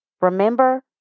Remember